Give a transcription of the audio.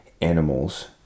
animals